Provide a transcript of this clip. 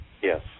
Yes